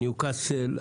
הניוקאסל,